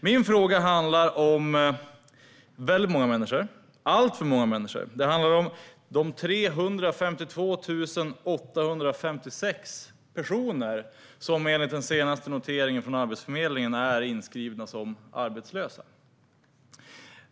Min fråga handlar om de alltför många människor - 352 856 personer enligt den senaste noteringen från Arbetsförmedlingen - som är inskrivna som arbetslösa.